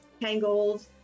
Tangled